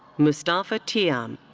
moustapha tiam.